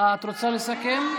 את רוצה לסכם?